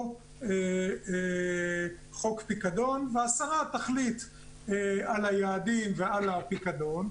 או חוק פיקדון, השרה תחליט על היעדים ועל הפיקדון,